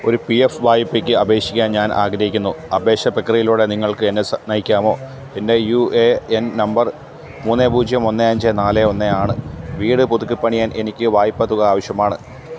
ഒരു P F വായ്പയ്ക്ക് അപേക്ഷിക്കാൻ ഞാൻ ആഗ്രഹിക്കുന്നു അപേക്ഷാ പ്രക്രിയയിലൂടെ നിങ്ങൾക്ക് എന്നെ സ നയിക്കാമോ എൻ്റെ യു എ എൻ നമ്പർ മൂന്ന് പൂജ്യം ഒന്ന് അഞ്ച് നാല് ഒന്ന് ആണ് വീട് പുതുക്കിപ്പണിയാൻ എനിക്ക് വായ്പ തുക ആവശ്യമാണ്